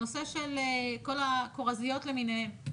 הנושא של כל הכורזיות למיניהן.